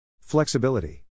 flexibility